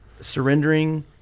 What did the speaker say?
surrendering